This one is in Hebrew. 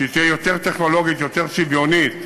שהיא תהיה יותר טכנולוגית, יותר שוויונית,